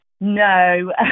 No